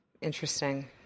interesting